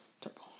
Terrible